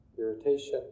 irritation